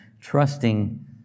trusting